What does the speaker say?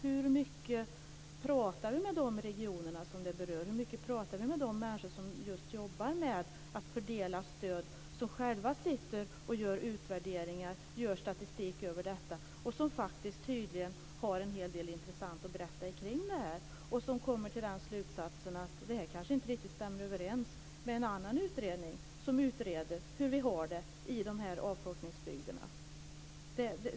Hur mycket pratar vi med de regioner som detta berör och hur mycket pratar vi med de människor som jobbar med att fördela stöd, och som själva sitter och gör utvärderingar och statistik över detta? De har ju tydligen en hel del intressant att berätta kring detta. De kanske kommer till slutsatsen att detta inte riktigt stämmer överens med en annan utredning som utreder hur vi har det i avfolkningsbygderna.